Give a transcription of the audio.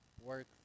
work